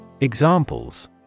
Examples